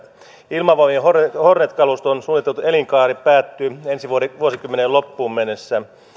ilmavoimien hornet hornet kaluston suunniteltu elinkaari päättyy ensi vuosikymmenen loppuun mennessä